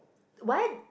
what